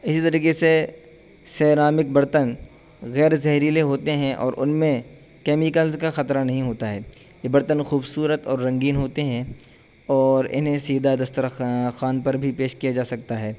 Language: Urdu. اسی طریقے سے سیرامک برتن غیر زہریلے ہوتے ہیں اور ان میں کیمیکلز کا خطرہ نہیں ہوتا ہے یہ برتن خوبصورت اور رنگین ہوتے ہیں اور انہیں سیدھا دستر خوان پر بھی پیش کیا جا سکتا ہے